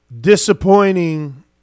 disappointing